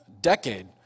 decade